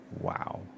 Wow